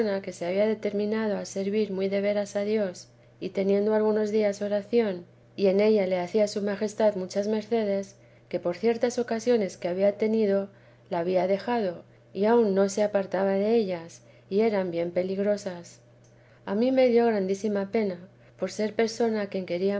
que se había determinado a servir muy de veras a dios y tenido algunos días oración y en ella le hacía su majestad muchas mercedes que por ciertas ocasiones que había tenido la había dejado y aun no se apartaba dellas y eran bien peligrosas a mí me dio grandísima pena por ser persona a quien quería